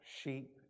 sheep